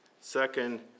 Second